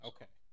Okay